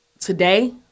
Today